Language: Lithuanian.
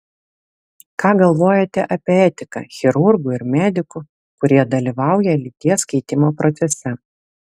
ką galvojate apie etiką chirurgų ir medikų kurie dalyvauja lyties keitimo procese